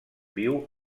viu